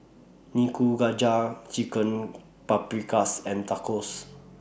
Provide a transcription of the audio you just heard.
Nikujaga Chicken Paprikas and Tacos